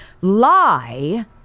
lie